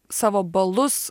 savo balus